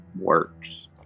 works